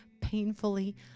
painfully